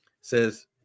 says